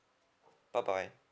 bye bye